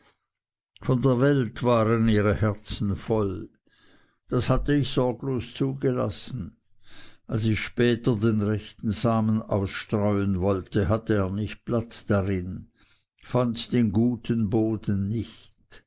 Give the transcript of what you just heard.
von der welt waren ihre herzen voll das hatte ich sorglos zugelassen als ich später den rechten samen ausstreuen wollte hatte er nicht platz darin fand den guten boden nicht